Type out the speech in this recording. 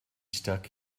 stuck